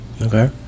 okay